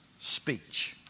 speech